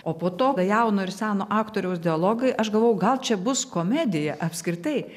o po to jauno ir seno aktoriaus dialogai aš galvojau gal čia bus komedija apskritai